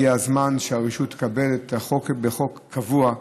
הגיע הזמן שהרשות תתקבל בחוק קבוע,